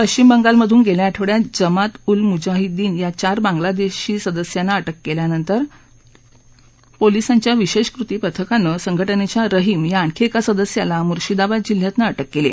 पश्विम बंगालमधून गेल्या आठवड्यात जमात उल मुजाहिद्दीन च्या चार बांगलादेशी सदस्यांना अ िक्र केल्यांनतर पोलिसांच्या विशेष कृती पथकाने या संघ िच्या रहीम या आणखी एका सदस्याला मुर्शिदाबाद जिल्ह्यातून अ क्र केली